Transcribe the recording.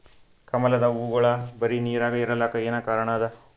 ಕಮಲದ ಹೂವಾಗೋಳ ಬರೀ ನೀರಾಗ ಇರಲಾಕ ಏನ ಕಾರಣ ಅದಾ?